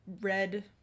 red